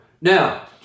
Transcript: Now